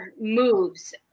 moves